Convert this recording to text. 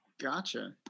Gotcha